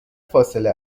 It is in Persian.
فاصله